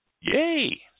Yay